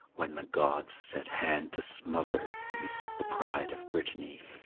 when the gods set hand to smother ys, the pride of brittany.